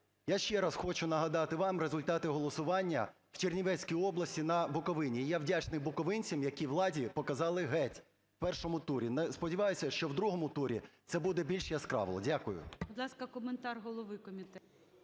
Я ще раз хочу нагадати вам результати голосування в Чернівецькій області, на Буковині. І я вдячний буковинцям, які владі показали "геть" в першому турі. Сподіваюся, що в другому турі це буде більш яскраво. Дякую.